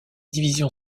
division